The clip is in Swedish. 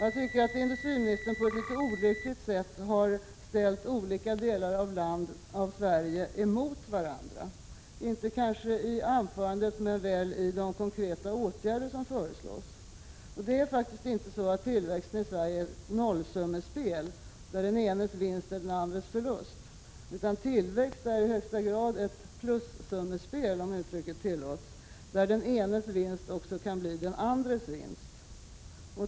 Jag tycker att industriministern på ett litet olyckligt sätt har ställt olika delar av Sverige emot varandra — kanske inte i sitt anförande men väl när det gäller de konkreta åtgärder som föreslås. Tillväxten i Sverige är faktiskt inte ett nollsummespel, där den enes vinst är den andres förlust, utan tillväxt är i högsta grad ett — om uttrycket tillåts — plussummespel, där den enes vinst också kan bli den andres vinst.